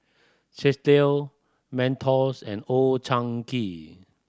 Chesdale Mentos and Old Chang Kee